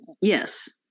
Yes